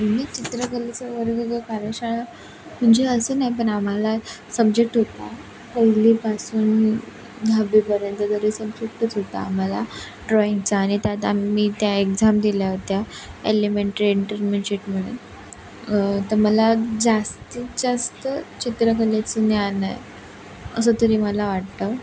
मी चित्रकलेचा वर्ग व कार्यशाळा म्हणजे असं नाही पण आम्हाला सब्जेक्ट होता पहिलीपासून दहावीपर्यंत तरी सब्जेक्टच होता आम्हाला ड्रॉईंगचा आणि त्यात आम्ही त्या एक्झाम दिल्या होत्या एलिमेन्ट्री इंटरमिजेट म्हणून तर मला जास्तीत जास्त चित्रकलेचं ज्ञान आहे असं तरी मला वाटतं